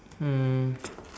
hmm